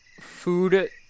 food